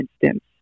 instance